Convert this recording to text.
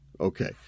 Okay